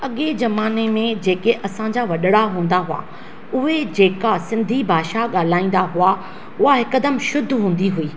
अॻे ज़माने में जेके असां जा वॾड़ा हूंदा हुआ उहे जेका सिंधी भाषा ॻाल्हाईंदा हुआ उहा हिकदमि शुद्ध हूंदी हुई